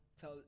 Tell